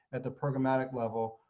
at the programmatic level,